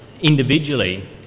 individually